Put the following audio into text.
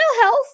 health